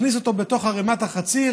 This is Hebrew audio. הכניס אותו בתוך ערמת החציר,